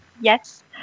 Yes